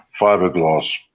fiberglass